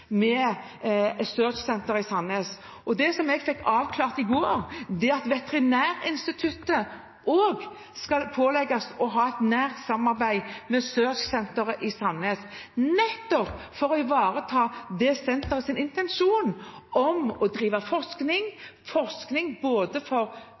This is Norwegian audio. med SEARCH-senteret på Sandnes. Det jeg fikk avklart i går, er at også Veterinærinstituttet skal pålegges å ha et nært samarbeid med SEARCH-senteret på Sandnes, nettopp for å ivareta dette senterets intensjon om å drive forskning – forskning både for